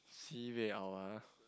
sibei hiao ah